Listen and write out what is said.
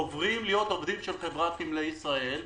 עוברים להיות עובדים של חברת נמלי ישראל,